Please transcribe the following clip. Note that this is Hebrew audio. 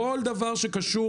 כל דבר שקשור